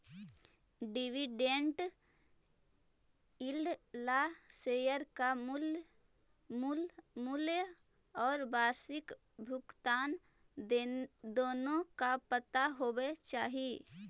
dividend yield ला share का मूल मूल्य और वार्षिक भुगतान दोनों का पता होवे चाही